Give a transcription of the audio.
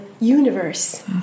universe